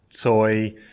toy